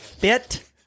bit